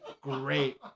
great